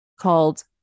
called